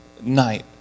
night